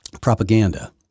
propaganda